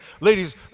Ladies